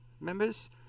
members